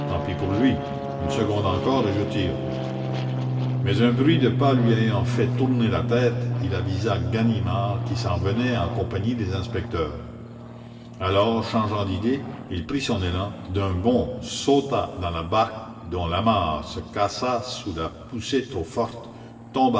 mais un bruit de pas lui ayant fait tourner la tête il avisa ganimard qui s'en venait en compagnie des inspecteurs alors changeant d'idée il prit son élan d'un bond sauta dans la barque dont l'amarre se cassa sous la poussée trop forte